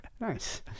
Nice